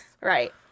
right